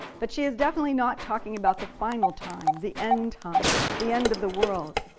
but she is definitely not talking about the final time, the end time, the end of the world.